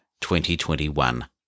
2021